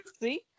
See